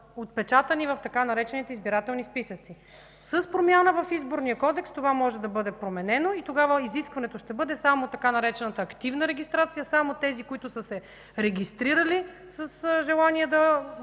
отпечатани в така наречените „избирателни списъци”. С промяна в Изборния кодекс това може да бъде променено и тогава изискването ще бъде само така наречената „активна регистрация” – само тези, които са се регистрирали с желание да